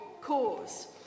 cause